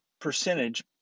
percentage